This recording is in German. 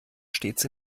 stets